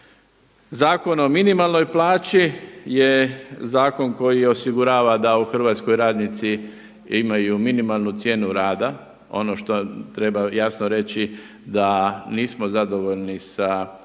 Zakon o minimalnoj plaći je zakon koji osigurava da u Hrvatskoj radnici imaju minimalnu cijenu rada. Ono što treba jasno reći da nismo zadovoljni sa